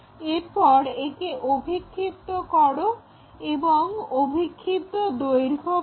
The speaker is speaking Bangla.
এরপর একে অভিক্ষিপ্ত করো এবং অভিক্ষিপ্ত দৈর্ঘ্য পাও